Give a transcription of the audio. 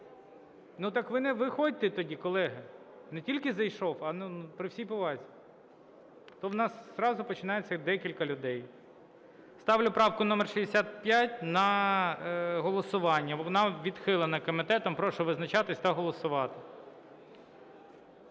Ну, так ви не виходьте тоді, колеги. Не "тільки зайшов", а, ну, при всій повазі… А то у нас зразу починається… декілька людей. Ставлю правку номер 65 на голосування. Вона відхилена комітетом. Прошу визначатись та голосувати.